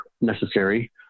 necessary